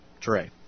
Trey